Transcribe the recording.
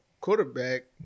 quarterback